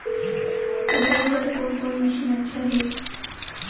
कटाई बर कोन कोन मशीन अच्छा हे?